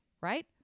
right